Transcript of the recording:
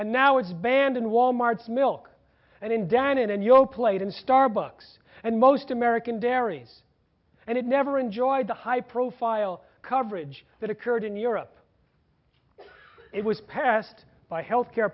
and now it's banned in wal mart's milk and in dan and yo plate in starbucks and most american dairies and it never enjoyed the high profile coverage that occurred in europe it was passed by health care